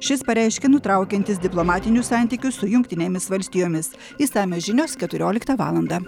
šis pareiškė nutraukiantis diplomatinius santykius su jungtinėmis valstijomis išsamios žinios keturioliktą valandą